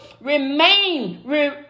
remain